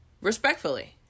Respectfully